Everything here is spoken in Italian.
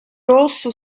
rosso